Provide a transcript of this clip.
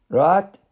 right